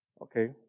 Okay